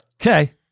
Okay